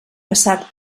passat